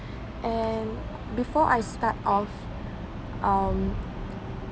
and before I start off um